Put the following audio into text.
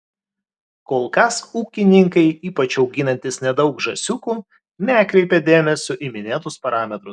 kol kas ūkininkai ypač auginantys nedaug žąsiukų nekreipia dėmesio į minėtus parametrus